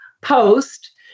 post